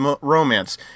romance